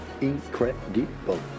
incredible